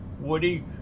Woody